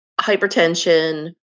Hypertension